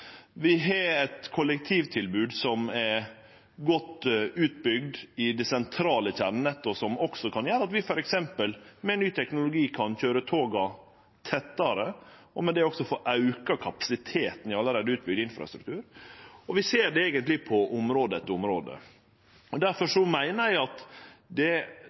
Vi har eit kollektivtilbod som er godt utbygd i det sentrale kjernenettet, som også gjer at vi med ny teknologi f.eks. kan køyre toga tettare og med det få auka kapasiteten i allereie utbygd infrastruktur. Vi ser det eigentleg på område etter område. Difor meiner eg at det